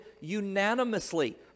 unanimously